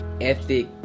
ethic